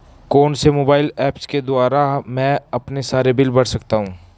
कौनसे mobile apps के द्वारा मैं अपने सारे बिल भर सकता हूं?